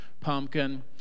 pumpkin